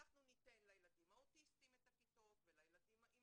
אנחנו ניתן לילדים האוטיסטים את הכיתות ולילדים עם